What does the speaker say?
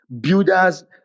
Builders